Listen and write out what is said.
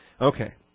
okay